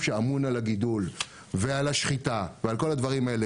שאמון על הגידול ועל השחיטה ועל כל הדברים האלה,